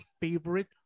favorite